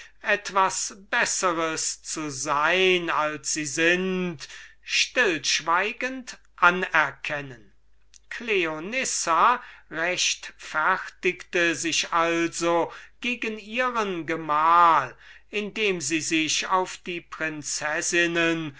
etwas bessers zu sein als sie sind stillschweigend anerkennen cleonissa rechtfertigte sich also gegen ihren gemahl indem sie sich auf die